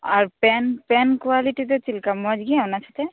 ᱟᱨ pen pen quality ᱫᱚ ᱞᱮᱠᱟ ᱢᱚᱸᱡᱽ ᱜᱮᱭᱟ ᱱᱟ ᱥᱟᱛᱮ